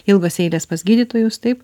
ilgos eilės pas gydytojus taip